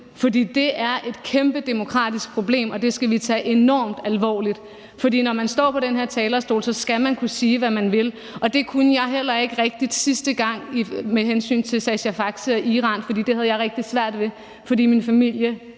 frit? Det er et kæmpe demokratisk problem, og det skal vi tage enormt alvorligt, for når man står på den her talerstol, skal man kunne sige, hvad man vil. Det kunne jeg heller ikke rigtig sidste gang med hensyn til Sascha Faxe og Iran; det havde jeg rigtig svært ved, fordi min familie